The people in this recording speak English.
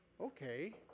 Okay